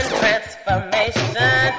transformation